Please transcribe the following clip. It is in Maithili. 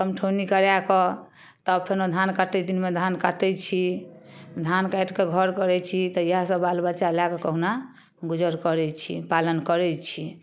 कमठौनी करयके तब फेनो धान कटै दिनमे धान काटय छी धान काटिकऽ घर करै छी तऽ इएह सब बाल बच्चा लएकऽ कहुना गुजर करै छी पालन करै छी